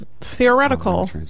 theoretical